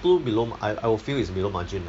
too below mar~ I I would feel it's below margin lah